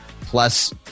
Plus